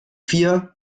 vier